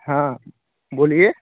हाँ बोलिए